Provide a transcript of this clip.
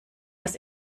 was